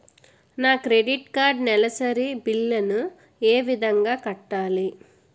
నా credit card నెలసరి bill ని ఏ విధంగా కట్టాలి?